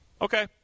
okay